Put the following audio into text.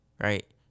right